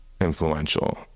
influential